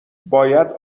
باید